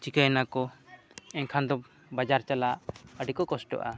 ᱪᱤᱠᱟᱹᱭᱱᱟ ᱠᱚ ᱮᱱᱠᱷᱟᱱ ᱫᱚ ᱵᱟᱡᱟᱨ ᱪᱟᱞᱟᱜ ᱟᱹᱰᱤ ᱠᱚ ᱠᱚᱥᱴᱚᱜᱼᱟ